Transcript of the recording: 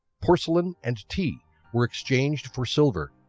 porcelain and tea were exchanged for silver.